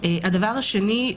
הדבר השני,